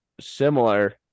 similar